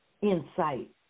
insight